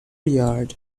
yard